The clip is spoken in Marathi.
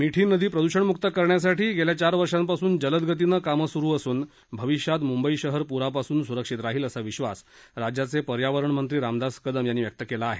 मिठी नदी प्रद्षणमुक्त करण्यासाठी गेल्या चार वर्षापासून जलद गतीनं कामं सुरु असून भविष्यात मुंबई शहर पुरापासून सुरक्षीत राहील असा विश्वास राज्याचे पर्यावरण मंत्री रामदास कदम यांनी व्यक्त केला आहे